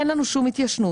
אין לנו שום התיישנות.